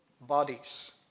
bodies